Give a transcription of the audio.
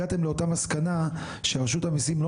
הגעתם לאותה מסקנה שרשות המיסים לא